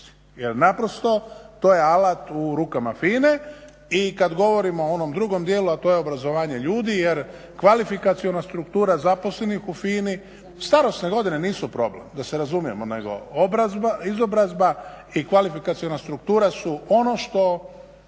jer naprosto to je alat u rukama FINA-e i kada govorimo o onom drugom dijelu, a to je obrazovanje ljudi jer kvalifikaciona struktura zaposlenih u FINA-i, starosne godine nisu problem, da se razumijemo, nego izobrazba i kvalifikaciona struktura su ono što